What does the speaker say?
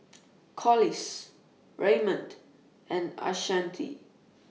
Collis Raymond and Ashanti